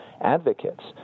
advocates